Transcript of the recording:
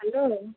hello